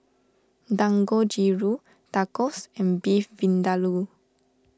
Dangojiru Tacos and Beef Vindaloo